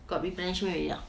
got replenish already or not